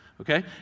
okay